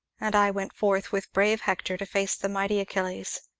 and i went forth with brave hector to face the mighty achilles.